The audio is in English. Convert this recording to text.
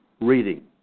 reading